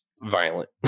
violent